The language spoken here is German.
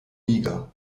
niger